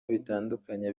bitandukanye